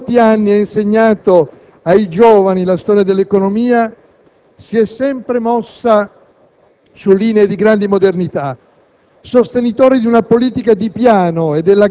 La dottrina economica di Fanfani, che per molti anni ha insegnato ai giovani la storia dell'economia, si è sempre mossa su linee di grande modernità.